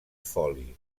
foli